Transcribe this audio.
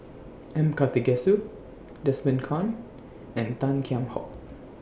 M Karthigesu Desmond Kon and Tan Kheam Hock